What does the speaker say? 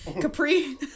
Capri